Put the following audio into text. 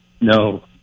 No